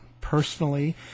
personally